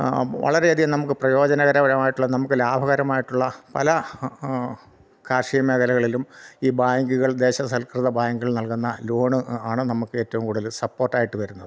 വളരെയധികം നമുക്ക് പ്രയോജനകരമായിട്ടുള്ള നമുക്ക് ലാഭകരമായിട്ടുള്ള പല കാർഷിക മേഖലകളിലും ഈ ബാങ്കുകൾ ദേശസാൽകൃത ബാങ്കുകൾ നൽകുന്ന ലോണ് ആണ് നമുക്ക് ഏറ്റവും കൂടുതൽ സപ്പോർട്ടായിട്ട് വരുന്നത്